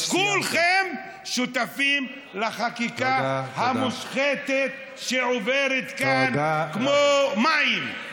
כולכם שותפים לחקיקה המושחתת שעוברת כאן כמו מים,